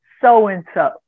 so-and-so